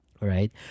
Right